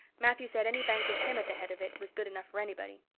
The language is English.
matthew said any bank with him at the head of it was good enough for anybody.